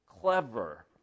clever